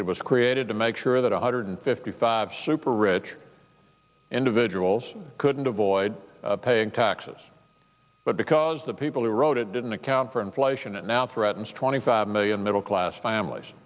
it was created to make sure that one hundred fifty five super rich individuals couldn't avoid paying axis but because the people who wrote it didn't account for inflation it now threatens twenty five million middle class families